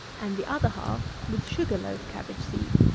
and the other half with sugar-loaf cabbage seed,